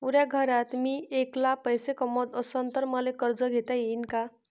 पुऱ्या घरात मी ऐकला पैसे कमवत असन तर मले कर्ज घेता येईन का?